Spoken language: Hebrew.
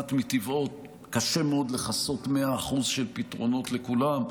כמעט מטבעו קשה מאוד לכסות 100% של פתרונות לכולם.